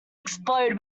explode